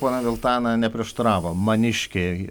ponia viltana neprieštaravo maiškei